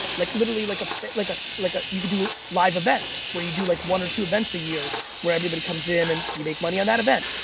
like like ah like ah like ah you could do live events where you do like one or two events a year where everybody comes in and you make money on that event.